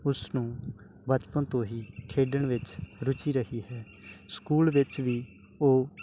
ਉਸ ਨੂੰ ਬਚਪਨ ਤੋਂ ਹੀ ਖੇਡਣ ਵਿੱਚ ਰੁਚੀ ਰਹੀ ਹੈ ਸਕੂਲ ਵਿੱਚ ਵੀ ਉਹ